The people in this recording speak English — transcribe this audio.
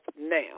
now